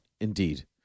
Indeed